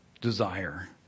desire